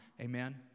Amen